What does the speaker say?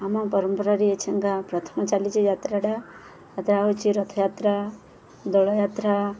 ଆମ ପରମ୍ପରାରେ ଙ୍ଗା ପ୍ରଥମ ଚାଲିଚ ଯାତ୍ରାଟା ଯା ହଉଛି ରଥଯାତ୍ରା ଦୋଳଯାତ୍ରା